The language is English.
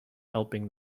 helping